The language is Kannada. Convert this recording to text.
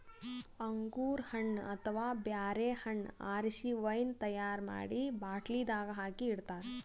ಅಂಗೂರ್ ಹಣ್ಣ್ ಅಥವಾ ಬ್ಯಾರೆ ಹಣ್ಣ್ ಆರಸಿ ವೈನ್ ತೈಯಾರ್ ಮಾಡಿ ಬಾಟ್ಲಿದಾಗ್ ಹಾಕಿ ಇಡ್ತಾರ